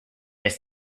its